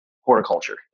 horticulture